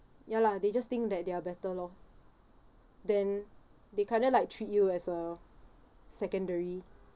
ya lah they just think that they're better loh then they kind of like treat you as a secondary